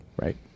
Right